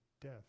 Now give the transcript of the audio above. death